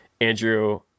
andrew